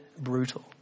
brutal